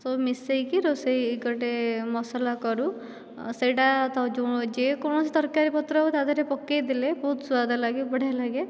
ସବୁ ମିଶାଇକି ରୋଷେଇ ଗୋଟିଏ ମସଲା କରୁ ସେହିଟା ଯେକୌଣସି ତରକାରୀ ପତ୍ର ହେଉ ତା'ଦେହରେ ପକାଇଦେଲେ ବହୁତ ସ୍ୱାଦ ଲାଗେ ବଢ଼ିଆ ଲାଗେ